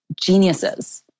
geniuses